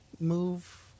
move